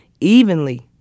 evenly